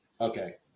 Okay